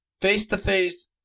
face-to-face